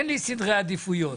אין לי סדרי עדיפויות,